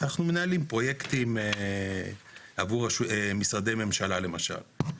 אנחנו מנהלים פרויקטים עבור משרדי ממשלה למשל.